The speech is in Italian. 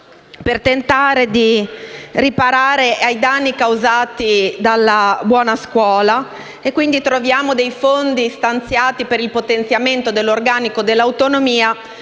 per tentare di riparare ai danni causati dalla buona scuola: fondi stanziati per il potenziamento dell'organico dell'autonomia,